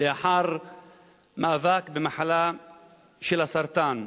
לאחר מאבק במחלת הסרטן.